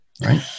Right